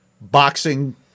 boxing